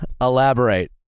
elaborate